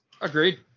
Agreed